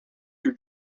your